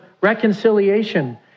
reconciliation